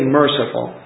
merciful